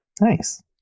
Nice